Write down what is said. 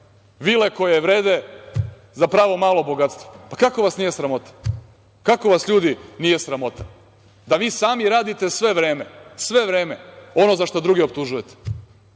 vile koje vrede za pravo malo bogatstvo. Pa, kako vas nije sramota? Kako vas, ljudi, nije sramota da vi sami radite sve vreme, sve vreme ono za šta druge optužujete?